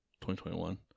2021